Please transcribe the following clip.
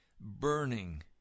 burning